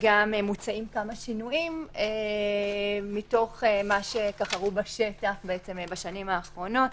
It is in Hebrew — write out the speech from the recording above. וגם מוצעים כמה שינויים מתוך מה שראו בשטח בשנים האחרונות.